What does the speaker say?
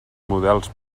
models